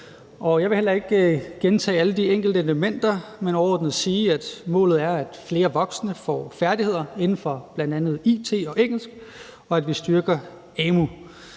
Jeg vil heller ikke gentage alle de enkelte elementer, men overordnet sige, at målet er, at flere voksne får færdigheder inden for bl.a. it og engelsk, og at vi styrker amu.